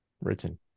written